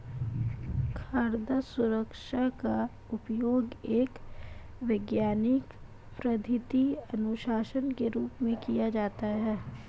खाद्य सुरक्षा का उपयोग एक वैज्ञानिक पद्धति अनुशासन के रूप में किया जाता है